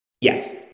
yes